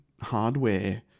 hardware